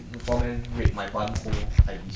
no I know I I know you won't say anything [one]